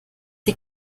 dir